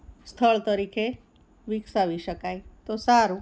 સ્થળ તરીકે વિકસાવી શકાય તો સારું